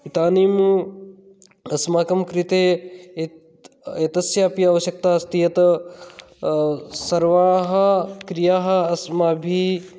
इदानीम् अस्माकं कृते एत् एतस्य अपि आवश्यकता अस्ति यत् सर्वाः क्रियाः अस्माभिः